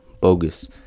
bogus